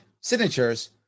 signatures